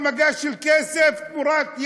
על מגש של כסף תמורת,